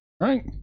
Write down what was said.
right